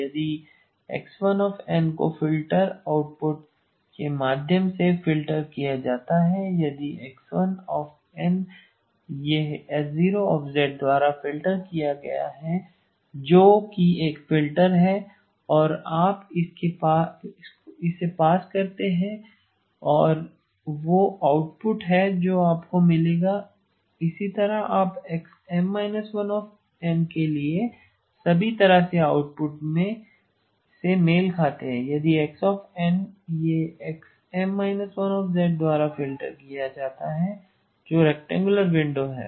यदि X n को filter H0 output के माध्यम से फ़िल्टर किया जाता है यदि X n यह H0 द्वारा फ़िल्टर किया गया है जो कि एक फ़िल्टर है और आप इसे पास करते हैं और वह आउटपुट है जो आपको मिलेगा इसी तरह आप XM−1n के लिए सभी तरह से आउटपुट से मेल खाते हैं यदि Xn यह HM−1 द्वारा फ़िल्टर किया जाता है जो रेक्टैंगुलार विंडो है